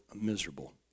miserable